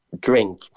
drink